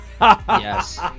Yes